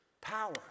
power